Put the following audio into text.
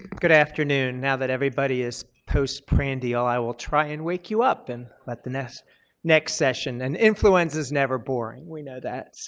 good afternoon. now that everybody is post-prandial, i will try and wake you up and in the next next session. and influenza's never boring. we know that.